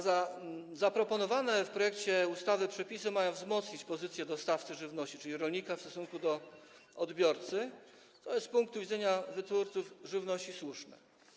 Zaproponowane w projekcie ustawy przepisy mają wzmocnić pozycję dostawcy żywności, czyli rolnika, w stosunku do odbiorcy, co jest z punktu widzenia wytwórców żywności słuszne.